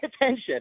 attention